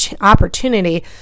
opportunity